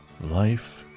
Life